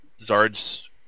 Zard's